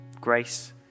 Grace